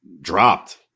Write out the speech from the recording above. dropped